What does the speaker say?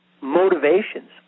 motivations